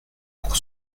pour